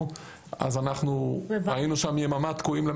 אנחנו מבצעים בשטחים שהם